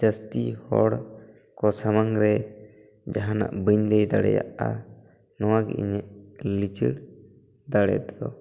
ᱡᱟᱹᱥᱛᱤ ᱦᱚᱲ ᱠᱚ ᱥᱟᱢᱟᱝ ᱨᱮ ᱡᱟᱦᱟᱱᱟᱜ ᱵᱟᱹᱧ ᱞᱟᱹᱭ ᱫᱟᱲᱮᱭᱟᱜᱼᱟ ᱱᱚᱣᱟ ᱜᱮ ᱤᱧᱟᱹᱜ ᱞᱤᱪᱟᱹᱲ ᱫᱟᱲᱮ ᱫᱚ